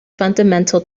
fundamental